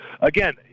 Again